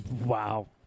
Wow